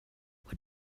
what